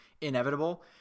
inevitable